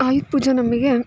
ಆಯುಧ ಪೂಜೆ ನಮಗೆ